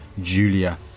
Julia